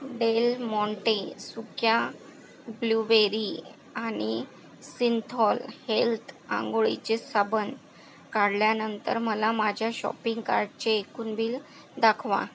del Monte सुक्या blueberry आणि Cinthol health आंघोळीचे साबण काढल्यानंतर मला माझ्या शॉपिंग कार्टचे एकूण बिल दाखवा